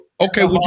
okay